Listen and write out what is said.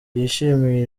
yishimiye